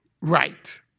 right